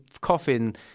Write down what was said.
coffin